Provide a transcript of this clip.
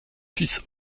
fils